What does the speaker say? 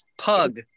pug